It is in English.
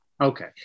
okay